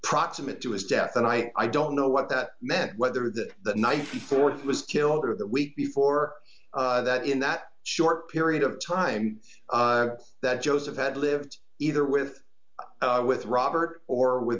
proximate to his death and i i don't know what that meant whether that the night before it was killed or the week before that in that short period of time that joseph had lived either with with robert or with